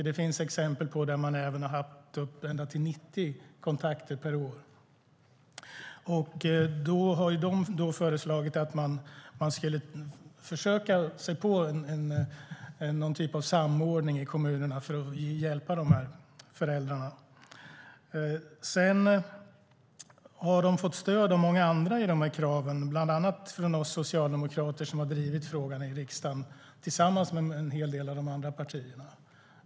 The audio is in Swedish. Det finns exempel där man haft ända upp till 90 kontakter per år. Förbundet har föreslagit att man skulle försöka införa någon form av samordning i kommunerna för att hjälpa de här föräldrarna. Sedan har förbundet fått stöd för de här kraven av många andra, bland annat från oss socialdemokrater som har drivit frågan i riksdagen tillsammans med en hel del av de andra partierna.